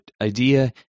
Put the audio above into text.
idea